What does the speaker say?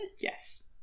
Yes